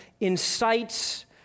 incites